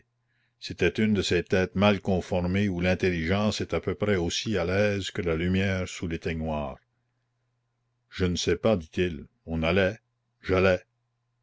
c'était une de ces têtes mal conformées où l'intelligence est à peu près aussi à l'aise que la lumière sous l'éteignoir je ne sais pas dit-il on allait j'allais